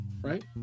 right